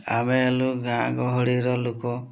ଆମେ ହେଲୁ ଗାଁ ଗହଳିର ଲୋକ